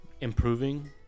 improving